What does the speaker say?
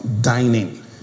dining